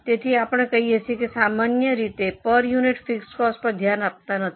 તેથી આપણે કહીએ છીએ કે સામાન્ય રીતે પર યુનિટ ફિક્સ કોસ્ટ પર ધ્યાન આપતા નથી